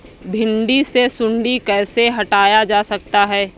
भिंडी से सुंडी कैसे हटाया जा सकता है?